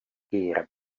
kiirem